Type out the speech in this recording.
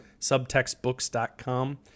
subtextbooks.com